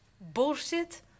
Bullshit